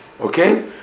Okay